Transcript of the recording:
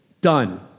Done